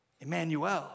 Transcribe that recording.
Emmanuel